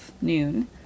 noon